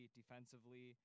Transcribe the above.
defensively